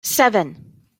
seven